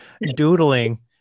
doodling